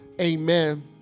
Amen